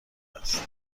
است